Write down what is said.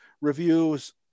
reviews